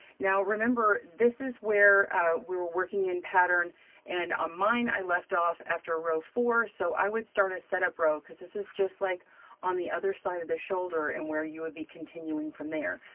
now remember, this is where we were working in pattern and on ah mine, i left off after a row four. so i would start a setup row. cause this is just like on the other side of the shoulder and where you would be continuing from there.